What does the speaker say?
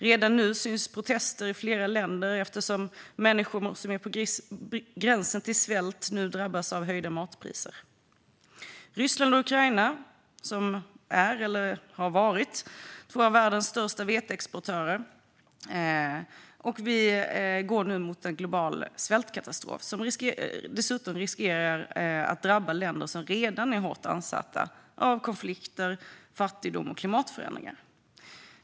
Redan nu syns protester i flera länder, eftersom människor som är på gränsen till svält nu drabbas av höjda matpriser. Ryssland och Ukraina är - eller har varit - två av världens största veteexportörer. Vi går nu mot en global svältkatastrof som dessutom riskerar att drabba länder som redan är hårt ansatta av konflikter, fattigdom och klimatförändringar.